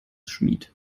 schmied